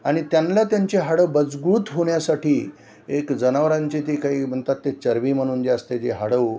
आणि त्यांना त्यांची हाडं मजबूत होण्यासाठी एक जनावरांची ती काही म्हणतात ते चर्वी म्हणून जे असते जी हाडं